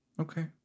Okay